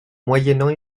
moyennant